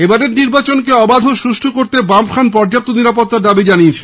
এবারের নির্বাচনকে অবাধ ও সুষ্টু করতে বামফ্রন্ট পর্যাপ্ত নিরাপত্তার দাবি জানিয়েছে